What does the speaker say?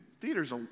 theaters